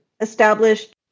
established